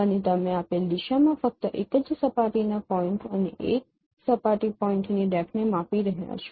અને તમે આપેલ દિશામાં ફક્ત એક જ સપાટીના પોઈન્ટ અને એક સપાટી પોઈન્ટની ડેપ્થને માપી રહ્યા છો